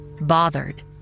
Bothered